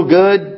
good